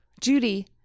Judy